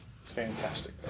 Fantastic